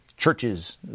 churches